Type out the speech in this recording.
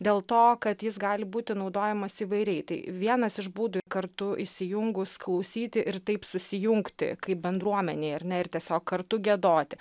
dėl to kad jis gali būti naudojamas įvairiai tai vienas iš būdų kartu įsijungus klausyti ir taip susijungti kaip bendruomenei ar ne ir tiesiog kartu giedoti